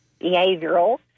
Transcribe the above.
behavioral